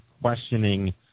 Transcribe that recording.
questioning